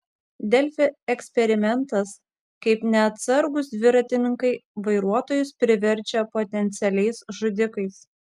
delfi eksperimentas kaip neatsargūs dviratininkai vairuotojus paverčia potencialiais žudikais